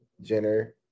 Jenner